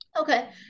Okay